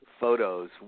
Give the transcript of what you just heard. photos